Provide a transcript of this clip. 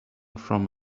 from